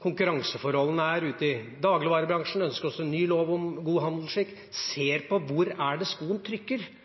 konkurranseforholdene er ute i dagligvarebransjen. Vi ønsker oss en ny lov om god handelsskikk, og ser på hvor det er skoen trykker når det gjelder å få den norske bondens produkter ut i markedet. Jeg må også si at er det